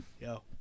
yo